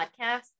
podcast